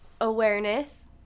awareness